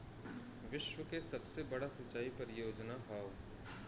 विश्व के सबसे बड़ा सिंचाई परियोजना हौ